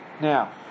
Now